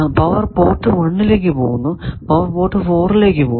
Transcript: power port 1 ലേക്ക് പോകുന്നു power port 4 ലേക്ക് പോകുന്നു